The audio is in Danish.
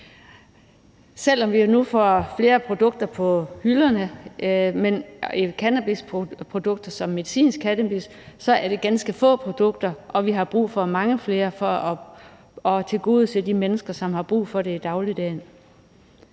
Selv om vi nu får flere produkter på hylderne – cannabisprodukter som medicinsk cannabis – så er det ganske få produkter, og vi har brug for mange flere for at tilgodese de mennesker, som har brug for det i dagligdagen.